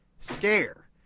scare